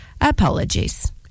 Apologies